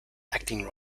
acting